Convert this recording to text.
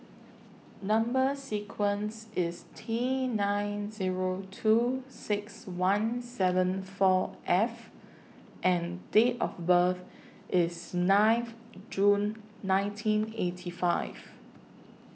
Number sequence IS T nine Zero two six one seven four F and Date of birth IS ninth June nineteen eighty five